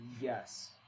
Yes